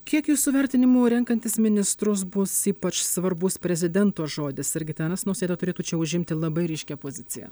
kiek jūsų vertinimu renkantis ministrus bus ypač svarbus prezidento žodis ir gitanas nausėda turėtų čia užimti labai ryškią poziciją